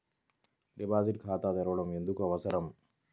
Deposit ఖాతా తెరవడం ఎందుకు అవసరం?